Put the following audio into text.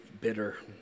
bitter